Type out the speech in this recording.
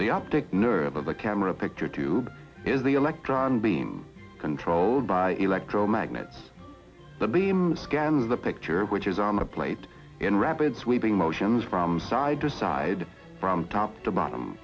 the optic nerve of the camera picture tube is the electron beam controlled by electromagnets the beam scans the picture which is on a plate in rapid sweeping motions from side to side from top to bottom